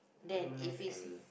I don't have any